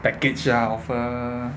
package ah offer